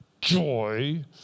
joy